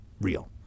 real